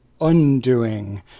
undoing